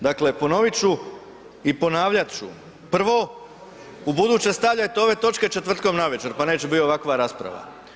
Dakle ponoviti ću i ponavljati ću, prvo, ubuduće stavljajte ove točke četvrtkom navečer pa neće biti ovakva rasprava.